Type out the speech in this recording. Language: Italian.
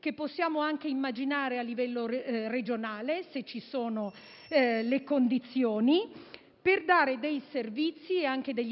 che possiamo anche immaginare a livello regionale, se ci sono le condizioni, per dare servizi,